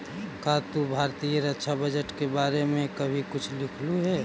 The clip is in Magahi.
का तू भारतीय रक्षा बजट के बारे में कभी कुछ लिखलु हे